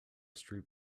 street